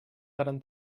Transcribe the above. gran